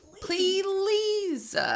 Please